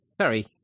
Sorry